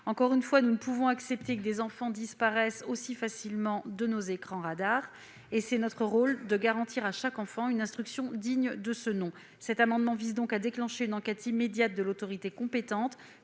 à domicile. Nous ne pouvons accepter que des enfants disparaissent aussi facilement de nos écrans radars. C'est notre rôle de garantir à chaque enfant une instruction digne de ce nom. Cet amendement vise donc à déclencher une enquête immédiate de l'autorité compétente